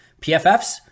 PFFs